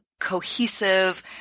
cohesive